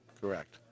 Correct